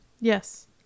Yes